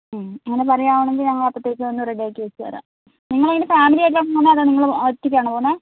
ഉം അങ്ങനെ പറയുകയാണെങ്കില് ഞങ്ങള് അപ്പോഴത്തേക്ക് ഒന്ന് റെഡിയാക്കി വെച്ച് തരാം നിങ്ങളതിന് ഫാമിലിയായിട്ടാണോ അതോ നിങ്ങള് ഒറ്റയ്ക്കാണോ പോകുന്നത്